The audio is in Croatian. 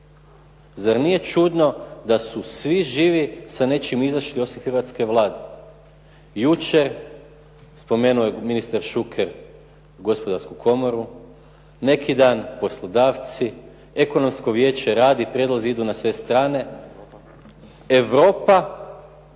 zar nije čudno da su svi živi sa nečim izašli osim hrvatske Vlade? Jučer, spomenuo je ministar Šuker Gospodarsku komoru, neki dan poslodavci, ekonomsko vijeće radi, prijedlozi idu na sve strane. Europa